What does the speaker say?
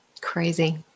Crazy